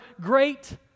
great